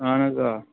اَہَن حظ آ